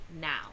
now